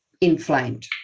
inflamed